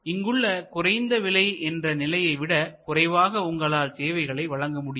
இங்கு உள்ள குறைந்த விலை என்ற நிலையை விட குறைவாக உங்களால் சேவைகளை வழங்க முடியாது